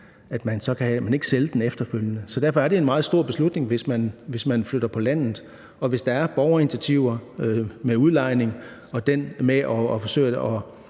at man efterfølgende kan sælge den. Derfor er det en meget stor beslutning at flytte på landet. Og hvis der er borgerinitiativer med udlejning og det med at forsøge at